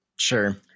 Sure